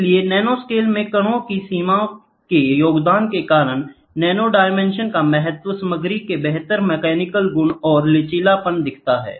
इसलिए नैनोस्केल में कणों की सीमा के योगदान के कारण नैनोडिमेंशन का महत्व सामग्री के बेहतर मैकेनिकल गुण और लचीलापन दिखता है